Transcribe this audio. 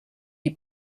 die